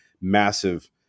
massive